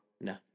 No